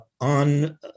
on